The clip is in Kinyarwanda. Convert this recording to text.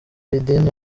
idini